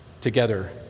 together